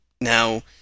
now